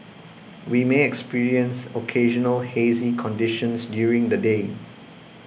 we may experience occasional hazy conditions during the day